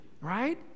right